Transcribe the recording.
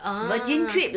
orh